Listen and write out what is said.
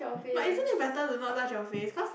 but isn't it better to not touch your face cause